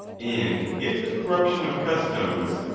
and if the cor ruption of customs,